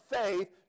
faith